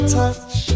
touch